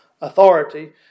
authority